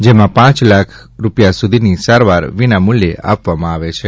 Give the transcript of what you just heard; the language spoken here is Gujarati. જેમાં પાંચ લાખ રૂપિયા સુધીની સારવાર વિના મૂલ્યે આપવામાં આવે છે